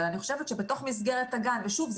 אבל אני חושבת שבתוך מסגרת הגן ושוב,